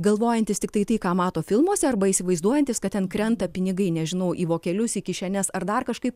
galvojantys tiktai tai ką mato filmuose arba įsivaizduojantys kad ten krenta pinigai nežinau į vokelius į kišenes ar dar kažkaip